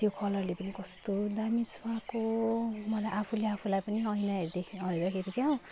त्यो कलरले पनि कस्तो दामी सुहाएको मलाई आफूले आफूलाई पनि ऐनाहरू देखेर हेर्दाखेरि क्या हो